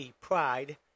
pride